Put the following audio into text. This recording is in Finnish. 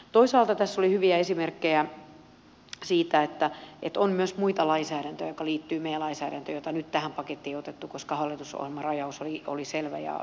toisaalta tässä oli hyviä esimerkkejä siitä että on myös muita lainsäädäntöjä jotka liittyvät meidän lainsäädäntöön ja joita nyt tähän pakettiin ei otettu koska hallitusohjelman rajaus oli selvä ja yksiselitteinen